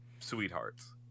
Sweethearts